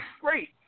Great